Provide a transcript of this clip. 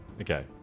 Okay